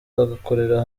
bagakorera